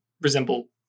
resemble